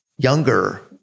Younger